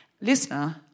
listener